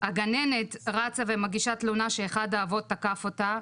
הגננת רצה ומגישה תלונה שאחד האבות תקף אותה,